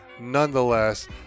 Nonetheless